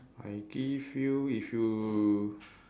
I give you if you